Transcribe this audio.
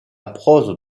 prose